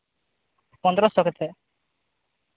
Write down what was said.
ᱯᱚᱱᱫᱨᱚ ᱥᱚ ᱠᱟᱛᱮ